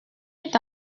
est